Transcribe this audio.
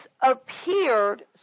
appeared